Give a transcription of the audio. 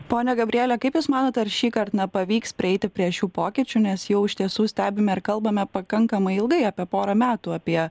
ponia gabriele kaip jūs manote ar šįkart na pavyks prieiti prie šių pokyčių nes jau iš tiesų stebime ir kalbame pakankamai ilgai apie porą metų apie